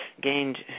gained